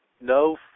No